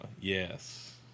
Yes